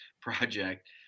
project